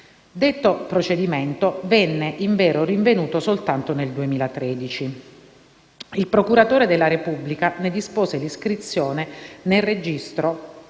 Detto procedimento venne invero rinvenuto soltanto nel 2013. Il procuratore della Repubblica ne dispose l'iscrizione nel registro